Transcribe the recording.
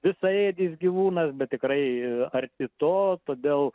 visaėdis gyvūnas bet tikrai arti to todėl